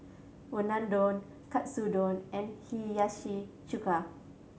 Unadon Katsudon and Hiyashi Chuka